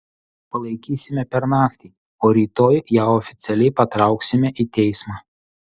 palaikysime per naktį o rytoj ją oficialiai patrauksime į teismą